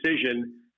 decision